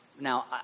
Now